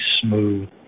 smooth